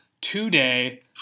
today